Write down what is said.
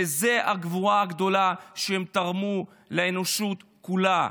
וזאת הגבורה הגדולה שהם תרמו לאנושות כולה.